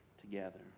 together